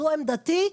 זו עמדתי.